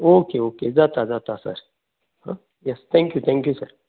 okay okay जाता जाता sir हां येस थँक्यू थँक्यू सर